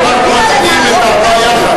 4. אנחנו מצביעים על הארבע יחד,